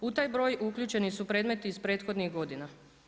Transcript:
U taj broj uključeni su predmeti iz prethodnih godina.